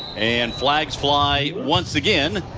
and flags fly once again.